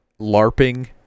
LARPing